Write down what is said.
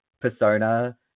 persona